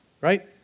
Right